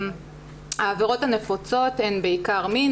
העבירות הנפוצות הן בעיקר מין,